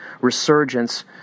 resurgence